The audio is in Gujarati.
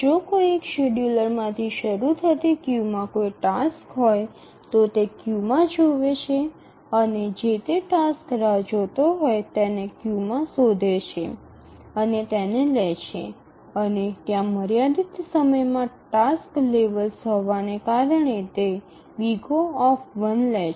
જો કોઈ એક શેડ્યૂલરમાંથી શરૂ થતી ક્યૂમાં કોઈ ટાસ્ક હોય તો તે ક્યૂમાં જોવે છે અને જે તે ટાસ્ક રાહ જોતો હોય તેને તે ક્યૂમાંથી શોધે છે અને તે તેને લે છે અને અને ત્યાં મર્યાદિત સંખ્યા માં ટાસ્ક લેવલ્સ હોવાને કારણે તે O લે છે